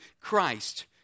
Christ